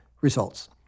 Results